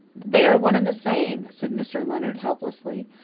they are one and the same, said mr. leonard helplessly.